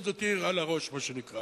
אשדוד זאת עיר על הראש, מה שנקרא.